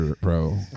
bro